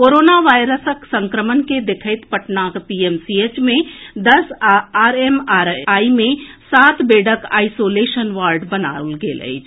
corona वायरसक संक्रमण के देखैत पटनाक पीएमसीएच मे दस आ आरएमआरआई मे सात बेडक आइसोलेशन वार्ड बनाओल गेल अछि